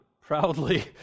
proudly